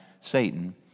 Satan